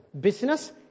business